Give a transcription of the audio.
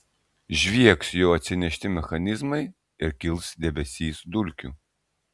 žviegs jo atsinešti mechanizmai ir kils debesys dulkių